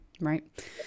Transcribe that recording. Right